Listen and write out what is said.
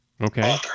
Okay